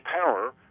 power